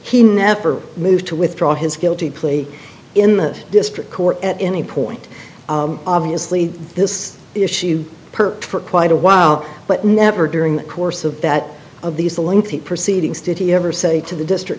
he never moved to withdraw his guilty plea in the district court at any point obviously this issue perk for quite a while but never during the course of that of these the lengthy proceedings did he ever say to the district